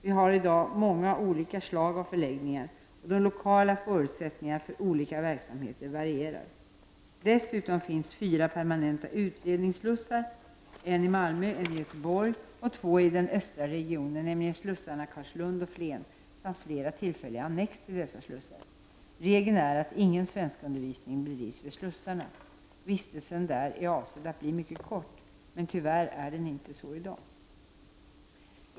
Vi har i dag många olika slag av förläggningar, och de lokala förutsättningarna för olika verksamheter varierar. Dessutom finns fyra permanenta utredningsslussar, en i Malmö, en i Göteborg och två i den östra regionen, nämligen slussarna i Carlslund och Flen samt flera tillfälliga annex till dessa slussar. Regeln är att ingen svenskundervisning bedrivs vid slussarna. Vistelsen där är avsedd att bli mycket kort, men tyvärr är det inte så i dag.